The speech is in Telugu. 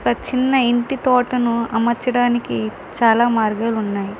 ఒక చిన్న ఇంటి తోటను అమర్చడానికి చాలా మార్గాలు ఉన్నాయి